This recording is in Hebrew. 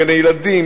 גני-ילדים,